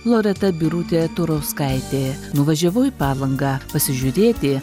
loreta birutė turauskaitė nuvažiavau į palangą pasižiūrėti